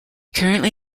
currently